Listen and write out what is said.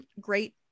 great